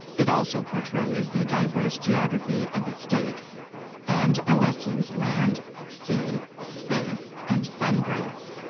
it also portrays the diverse geography of the state and osu's land, sea, space and sun grants.